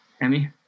Emmy